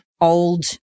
old